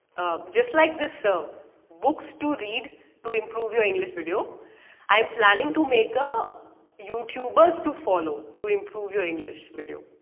just like this, so books to read to improve your english video i am planning to make a youtubers to follow to improve your english video.